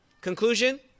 Conclusion